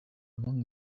among